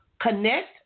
connect